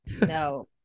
no